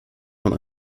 von